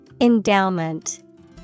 Endowment